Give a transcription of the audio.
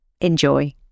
Enjoy